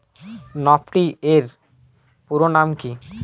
Nifty এর পুরোনাম কী?